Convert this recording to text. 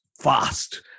fast